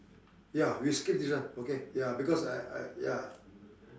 ya we skip this one okay ya because I I ya